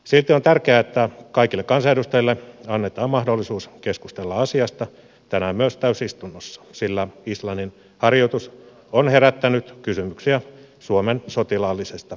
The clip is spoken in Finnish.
silti on tärkeää että kaikille kansanedustajille annetaan mahdollisuus keskustella asiasta tänään myös täysistunnossa sillä islannin harjoitus on herättänyt kysymyksiä suomen sotilaallisesta liittoutumattomuudesta